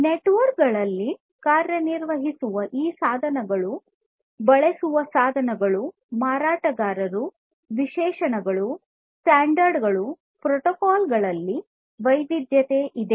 ನೆಟ್ವರ್ಕ್ಗಳಲ್ಲಿ ಕಾರ್ಯನಿರ್ವಹಿಸುವ ಈ ಸಾಧನಗಳು ಬಳಸುವ ಸಾಧನಗಳು ಮಾರಾಟಗಾರರು ವಿಶೇಷಣಗಳು ಸ್ಟ್ಯಾಂಡರ್ಡ್ಗಳು ಪ್ರೋಟೋಕಾಲ್ ಗಳಲ್ಲಿ ವೈವಿಧ್ಯತೆ ಇದೆ